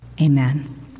Amen